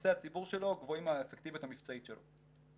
יחסי הציבור שלו גבוהים מהאפקטיביות המבצעית שלו.